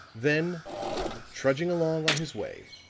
then trudging along on his way,